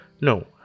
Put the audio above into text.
no